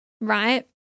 right